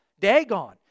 Dagon